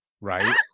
right